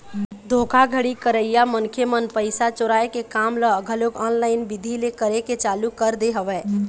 धोखाघड़ी करइया मनखे मन पइसा चोराय के काम ल घलोक ऑनलाईन बिधि ले करे के चालू कर दे हवय